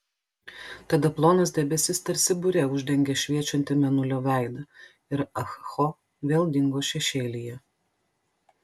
tada plonas debesis tarsi bure uždengė šviečiantį mėnulio veidą ir ah ho vėl dingo šešėlyje